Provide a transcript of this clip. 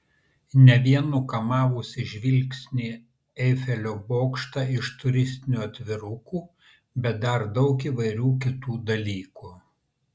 ne vien nukamavusį žvilgsnį eifelio bokštą iš turistinių atvirukų bet dar daug įvairių kitų dalykų